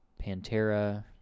Pantera